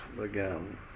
again